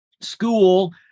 school